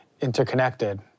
interconnected